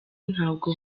ntabwo